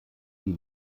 die